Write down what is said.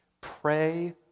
Pray